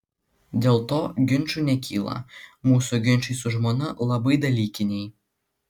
dėl to ginčų nekyla mūsų ginčai su žmona labai dalykiniai